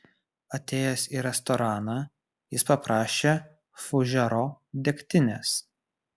atėjęs į restoraną jis paprašė fužero degtinės